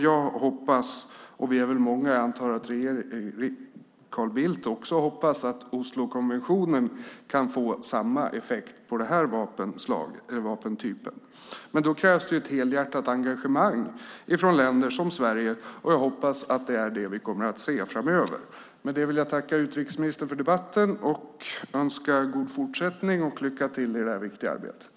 Jag hoppas, och jag antar att vi är många som hoppas, även Carl Bildt, att Oslokonventionen kan få samma effekt på den här vapentypen. Men då krävs det ett helhjärtat engagemang ifrån länder som Sverige, och jag hoppas att det är det vi kommer att se framöver. Med det vill jag tacka utrikesministern för debatten och önska god fortsättning och lycka till i det här viktiga arbetet.